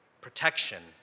protection